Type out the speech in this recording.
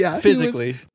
physically